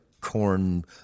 corn